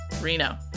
Reno